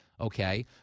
Okay